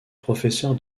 professeur